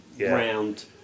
round